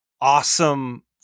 awesome